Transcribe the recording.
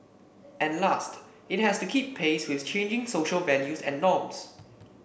and last it has to keep pace with changing social values and norms